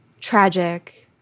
tragic